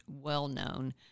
well-known